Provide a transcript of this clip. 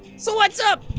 so what's up?